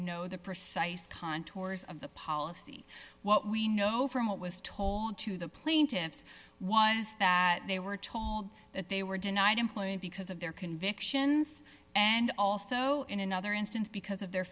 know the precise contours of the policy what we know from what was told to the plaintiffs was that they were told that they were denied employment because of their convictions and also in another instance because of their